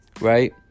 right